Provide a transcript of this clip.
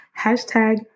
hashtag